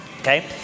Okay